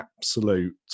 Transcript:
absolute